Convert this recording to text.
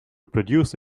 produce